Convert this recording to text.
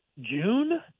June